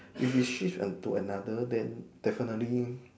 if we shift to another then definitely